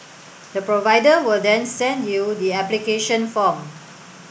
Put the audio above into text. the provider will then send you the application form